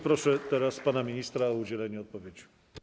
Proszę teraz pana ministra o udzielenie odpowiedzi.